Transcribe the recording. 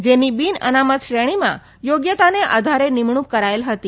જેને બીન અનામત શ્રેણીમાં યોગ્યતાને આધારે નીમણુંક કરાયેલ હતા